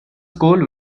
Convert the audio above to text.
school